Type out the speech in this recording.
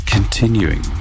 Continuing